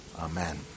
Amen